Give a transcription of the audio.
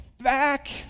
back